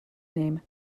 name